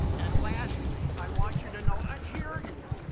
and lastly, i want you to know, i hear you.